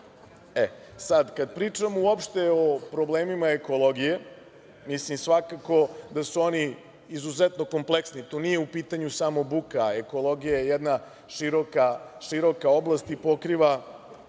tim. Sada kada pričamo uopšte o problemima ekologije, svakako da su oni izuzetno kompleksni. Tu nije u pitanju samo buka, ekologija je jedna široka oblast i pokriva